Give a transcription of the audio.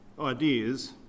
ideas